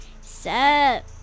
Sup